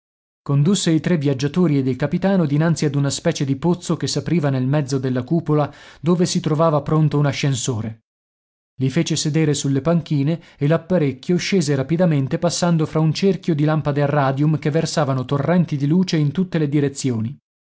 condusse i tre viaggiatori ed il capitano dinanzi ad una specie di pozzo che s'apriva nel mezzo della cupola dove si trovava pronto un ascensore i fece sedere sulle panchine e l'apparecchio scese rapidamente passando fra un cerchio di lampade a radium che versavano torrenti di luce in tutte le direzioni